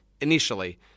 initially –